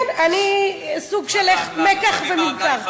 כן, סוג של מקח וממכר.